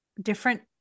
different